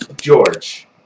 George